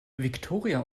viktoria